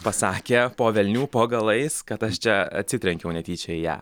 pasakė po velnių po galais kad aš čia atsitrenkiau netyčia į ją